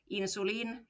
insulin